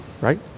right